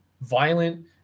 violent